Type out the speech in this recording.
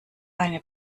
eine